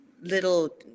little